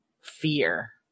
fear